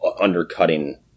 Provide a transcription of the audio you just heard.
undercutting